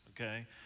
Okay